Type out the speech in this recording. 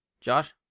Josh